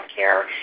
healthcare